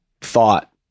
thought